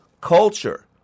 culture